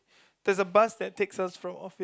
there is a bus that takes us from office